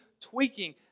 tweaking